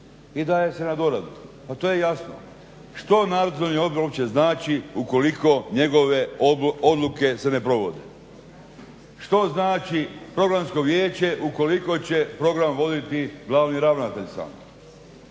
i daje se na doradu. Pa to je jasno. Što Nadzorni odbor uopće znači ukoliko njegove odluke se ne provode? Što znači Programsko vijeće ukoliko će program voditi glavni ravnatelj sam?